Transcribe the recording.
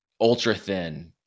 ultra-thin